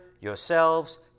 yourselves